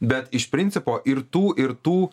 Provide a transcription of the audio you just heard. bet iš principo ir tų ir tų